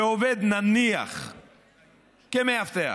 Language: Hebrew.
ועובד נניח כמאבטח,